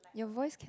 your voice can